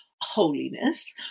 holiness